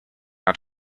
out